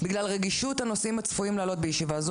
בגלל רגישות הנושאים הצפויים לעלות בישיבה זו